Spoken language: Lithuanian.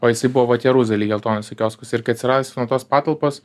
o jisai buvo vat jeruzalėj geltonuose kioskuose ir kai atsilaisvino tos patalpos